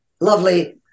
lovely